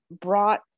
brought